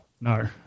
No